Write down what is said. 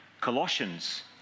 Colossians